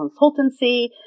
consultancy